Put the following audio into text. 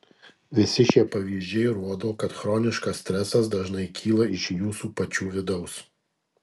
visi šie pavyzdžiai rodo kad chroniškas stresas dažnai kyla iš jūsų pačių vidaus